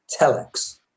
telex